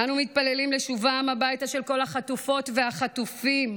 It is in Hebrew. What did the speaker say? אנו מתפללים לשובם הביתה של כל החטופות והחטופים,